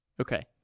Okay